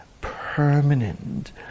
permanent